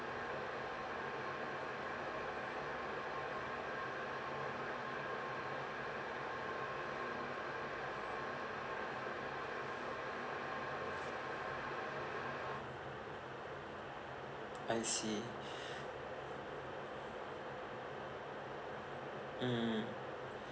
I see mm